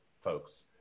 folks